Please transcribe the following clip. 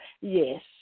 Yes